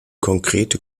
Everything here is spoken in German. konkrete